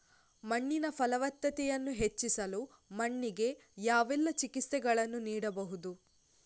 ಮಣ್ಣಿನ ಫಲವತ್ತತೆಯನ್ನು ಹೆಚ್ಚಿಸಲು ಮಣ್ಣಿಗೆ ಯಾವೆಲ್ಲಾ ಚಿಕಿತ್ಸೆಗಳನ್ನು ನೀಡಬಹುದು?